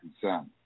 concern